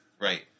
Right